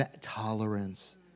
tolerance